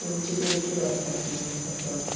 तुमची ड्युटी व्हरपाची न्हू कचरो